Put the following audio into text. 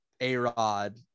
A-Rod